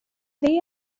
they